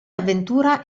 avventura